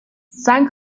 stan